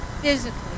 physically